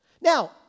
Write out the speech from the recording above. Now